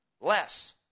less